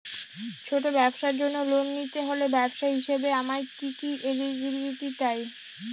ছোট ব্যবসার জন্য লোন নিতে হলে ব্যবসায়ী হিসেবে আমার কি কি এলিজিবিলিটি চাই?